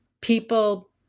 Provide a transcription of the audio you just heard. people